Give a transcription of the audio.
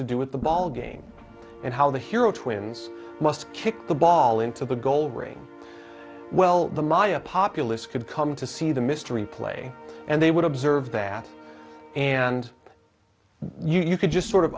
to do with the ball game and how the hero twins must kick the ball in to the goal range well the maya populace could come to see the mystery play and they would observe that and you could just sort of